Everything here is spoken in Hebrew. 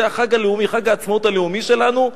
זה החג הלאומי, חג העצמאות הלאומי שלנו.